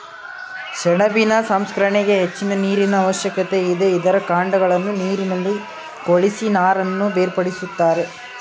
ಸೆಣಬಿನ ಸಂಸ್ಕರಣೆಗೆ ಹೆಚ್ಚಿನ ನೀರಿನ ಅವಶ್ಯಕತೆ ಇದೆ, ಇದರ ಕಾಂಡಗಳನ್ನು ನೀರಿನಲ್ಲಿ ಕೊಳೆಸಿ ನಾರನ್ನು ಬೇರ್ಪಡಿಸುತ್ತಾರೆ